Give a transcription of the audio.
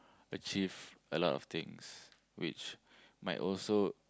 achieve a lot of things which might also